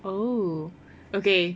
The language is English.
oh okay